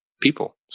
people